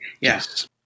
Yes